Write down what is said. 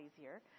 easier